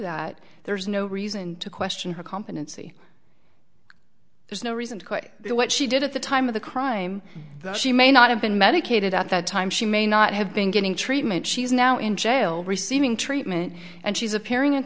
that there's no reason to question her competency there's no reason to quit what she did at the time of the crime she may not have been medicated at that time she may not have been getting treatment she is now in jail receiving treatment and she's appearing in